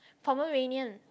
pomeranian